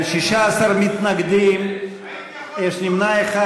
16 מתנגדים, יש נמנע אחד.